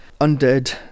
Undead